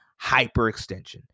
hyperextension